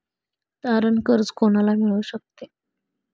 तारण कर्ज कोणाला मिळू शकते?